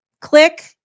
click